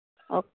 okay